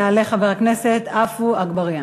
יעלה חבר הכנסת עפו אגבאריה.